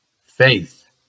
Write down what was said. Faith